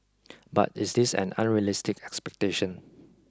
but is this an unrealistic expectation